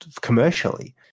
commercially